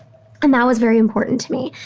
and that was very important to me.